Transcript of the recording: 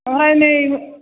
ओमफ्राय नै